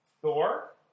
Thor